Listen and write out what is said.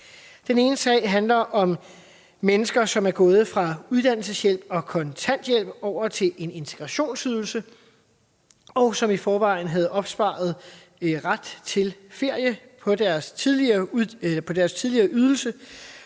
Den ene sag handler om mennesker, som er gået fra uddannelseshjælp og kontanthjælp over til integrationsydelse, og som i forvejen havde opsparet ret til ferie på deres tidligere ydelser.